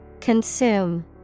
Consume